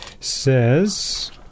Says